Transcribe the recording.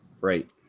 Right